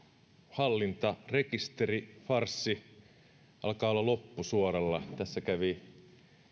hallintarekisterifarssi alkaa olla loppusuoralla tässä kävi